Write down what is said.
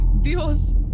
Dios